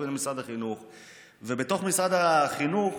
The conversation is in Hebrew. ובתוך משרד החינוך